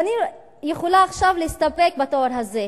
ואני יכולה עכשיו להסתפק בתואר הזה,